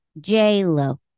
J-Lo